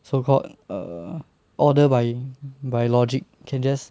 so called err order by by logic can just